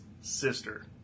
sister